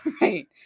Right